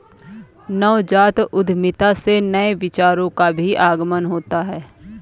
नवजात उद्यमिता से नए विचारों का भी आगमन होता है